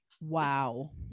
Wow